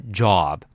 job